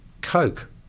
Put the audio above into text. Coke